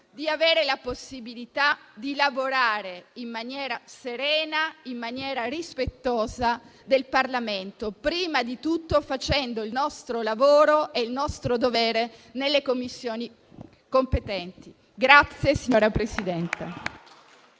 di avere la possibilità di lavorare in maniera serena e rispettosa del Parlamento, prima di tutto facendo il nostro lavoro e il nostro dovere nelle Commissioni competenti. PRESIDENTE.